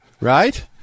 Right